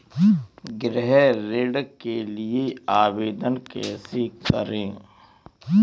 गृह ऋण के लिए आवेदन कैसे करें?